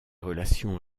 relations